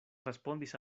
respondis